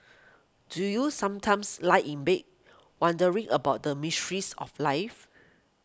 do you sometimes lie in bed wondering about the mysteries of life